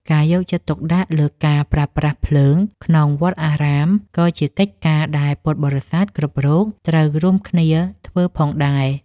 ការយកចិត្តទុកដាក់លើការប្រើប្រាស់ភ្លើងក្នុងវត្តអារាមក៏ជាកិច្ចការដែលពុទ្ធបរិស័ទគ្រប់រូបត្រូវរួមគ្នាធ្វើផងដែរ។